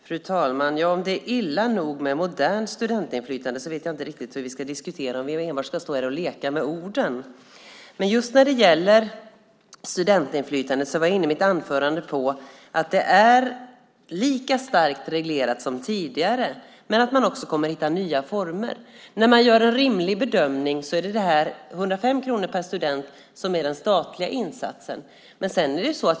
Fru talman! Ja, om det är illa nog med ett modernt studentinflytande vet jag inte riktigt hur vi ska diskutera, om vi enbart ska stå här och leka med orden. Just när det gäller studentinflytandet var jag i mitt anförande inne på att det är lika starkt reglerat som tidigare. Men man kommer också att hitta nya former. När man gör en rimlig bedömning är det 105 kronor per student som är den statliga insatsen.